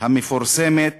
המפורסמת